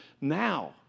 Now